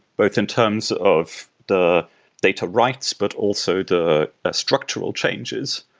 both in terms of the data writes, but also the structural changes.